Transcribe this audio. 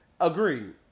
Agreed